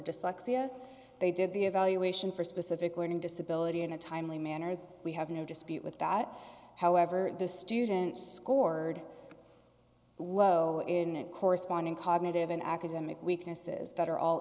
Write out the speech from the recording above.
dyslexia they did the evaluation for specific learning disability in a timely manner we have no dispute with that however the student scored low in corresponding cognitive in academic weaknesses that are all